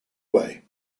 way